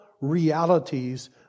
realities